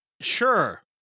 Sure